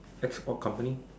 ex all company